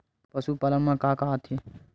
पशुपालन मा का का आथे?